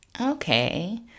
Okay